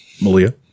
Malia